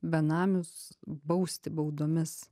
benamius bausti baudomis